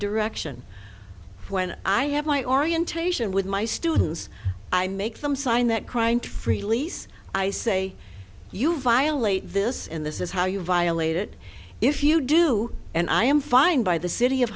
direction when i have my orientation with my students i make them sign that crime free lease i say you violate this and this is how you violate it if you do and i am fine by the city of